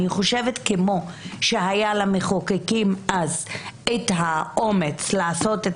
כמו שהיה למחוקקים אז האומץ לעשות את